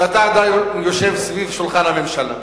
ואתה עדיין יושב סביב שולחן הממשלה,